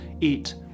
eat